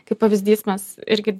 kaip pavyzdys mes irgi